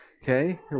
Okay